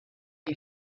der